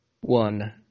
one